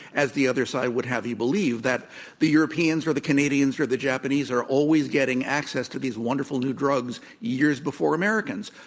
as the other side would have you believe, that the europeans or the canadians or the japanese are always getting access to these wonderful new drugs years before americans.